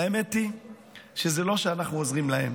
והאמת היא שזה לא שאנחנו עוזרים להם,